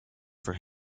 for